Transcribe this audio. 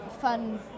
fun